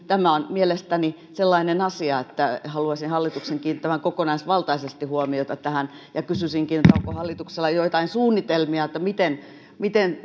tämä on mielestäni sellainen asia että haluaisin hallituksen kiinnittävän kokonaisvaltaisesti huomiota tähän kysyisinkin onko hallituksella jo joitain suunnitelmia miten miten